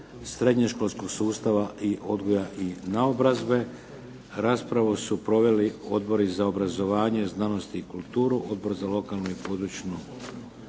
srednješkolskog sustava odgoja i naobrazbe. Raspravu su proveli Odbor za obrazovanje, znanost i kulturu, Odbor za lokalnu i područnu